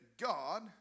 God